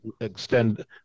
extend